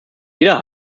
jeder